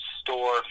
store